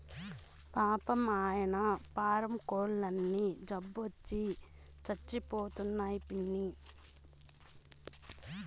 పాపం, ఆయన్న పారం కోల్లన్నీ జబ్బొచ్చి సచ్చిపోతండాయి పిన్నీ